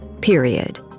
period